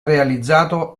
realizzato